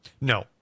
No